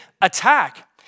attack